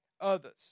others